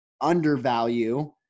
undervalue